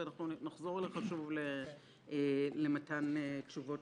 ואנחנו נחזור אליך שוב למתן תשובות.